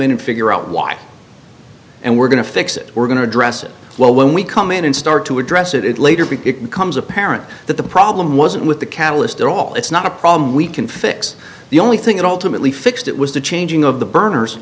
in and figure out why and we're going to fix it we're going to address it well when we come in and start to address it later because it becomes apparent that the problem wasn't with the catalyst at all it's not a problem we can fix the only thing that ultimately fixed it was the changing of the burners